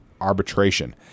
arbitration